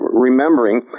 remembering